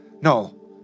No